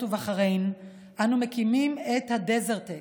ובחריין אנו מקימים את ה-DeserTech.